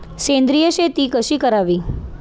सेंद्रिय शेती कशी करावी?